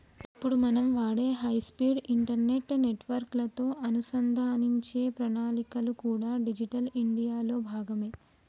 ఇప్పుడు మనం వాడే హై స్పీడ్ ఇంటర్నెట్ నెట్వర్క్ లతో అనుసంధానించే ప్రణాళికలు కూడా డిజిటల్ ఇండియా లో భాగమే